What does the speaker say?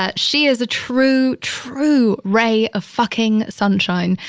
ah she is a true, true ray of fucking sunshine.